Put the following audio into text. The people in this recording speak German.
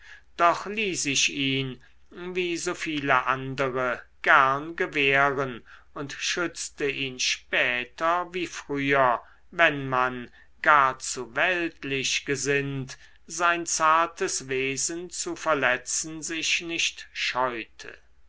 doch ließ ich ihn wie so viele andere gern gewähren und schützte ihn später wie früher wenn man gar zu weltlich gesinnt sein zartes wesen zu verletzen sich nicht scheute